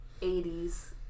80s